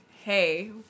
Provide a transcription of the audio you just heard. hey